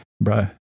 bro